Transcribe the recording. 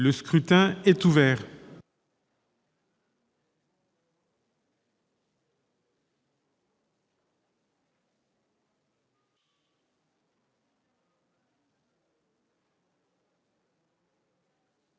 Le scrutin est ouvert.